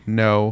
no